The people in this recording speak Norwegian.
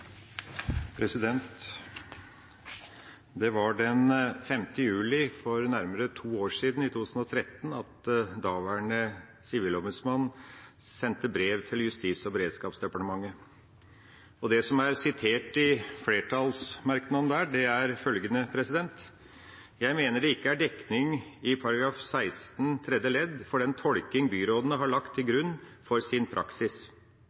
Det var den 5. juli for nærmere to år siden, i 2013, at daværende sivilombudsmann sendte brev til Justis- og beredskapsdepartementet. Det som er sitert i flertallsmerknaden, er følgende: «Jeg mener det ikke er dekning i § 16 tredje ledd for den tolkning byrådene har lagt til grunn for sin praksis.